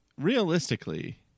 realistically